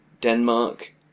Denmark